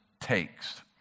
takes